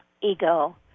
Ego